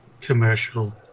commercial